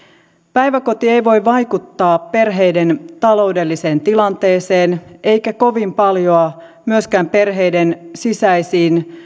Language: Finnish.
päiväkoti ei voi vaikuttaa perheiden taloudelliseen tilanteeseen eikä kovin paljoa myöskään perheiden sisäisiin